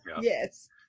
yes